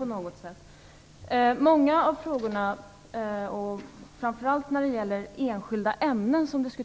I många av frågorna, framför allt när det gäller enskilda ämnen, är